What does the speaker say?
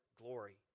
glory